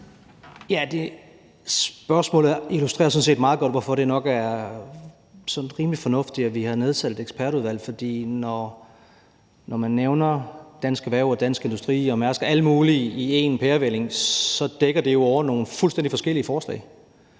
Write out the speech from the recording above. Spørgsmålet illustrerer sådan set meget godt, hvorfor det nok er sådan rimelig fornuftigt, at vi har nedsat et ekspertudvalg. For når man nævner Dansk Erhverv og Dansk Industri og Mærsk og alt muligt i én pærevælling, dækker det jo over nogle fuldstændig forskellige forslag.